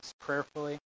prayerfully